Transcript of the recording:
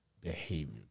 Behavior